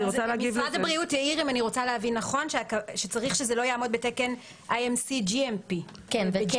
משרד הבריאות העיר שצריך שזה לא יעמוד בתקן IMC-GMP. כן.